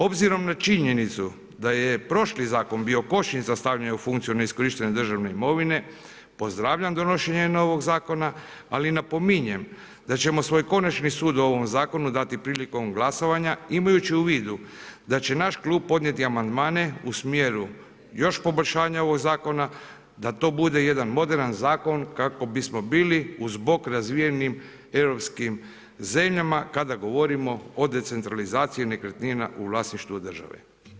Obzirom na činjenicu da je prošli zakon bio kočenje za stavljanje u funkciju ne iskorištenje državne imovine, pozdravljam donošenje novog zakona, ali napominjem da ćemo svoj konačni sud o ovom zakonu dati prilikom glasovanja imajući u vidu da će naš klub podnijeti amandmane u smjeru još poboljšanja ovog zakona da to bude jedan moderan zakon kako bismo bili uz bok razvijenim europskim zemljama kada govorimo o decentralizaciji nekretnina u vlasništvu države.